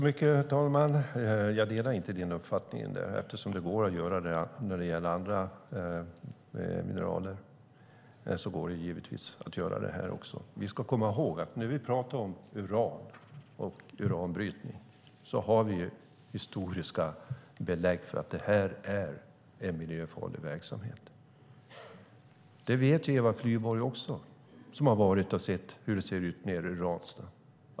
Herr talman! Jag delar inte din uppfattning. Eftersom det går att göra det när det gäller andra mineraler går det givetvis att göra i fråga om uran. När det gäller uran och uranbrytning har vi historiska belägg för att det är en miljöfarlig verksamhet. Det vet Eva Flyborg som har sett hur det ser ut nere i Ranstad.